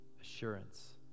assurance